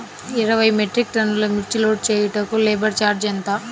ఇరవై మెట్రిక్ టన్నులు మిర్చి లోడ్ చేయుటకు లేబర్ ఛార్జ్ ఎంత?